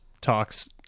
talks